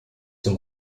dem